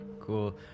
Cool